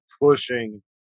pushing